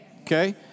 Okay